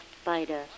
spider